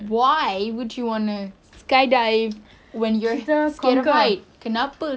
why would you wanna skydive when you're scared of heights kenapa